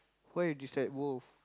why you dislike both